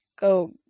Go